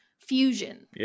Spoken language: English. fusion